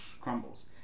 crumbles